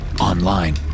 Online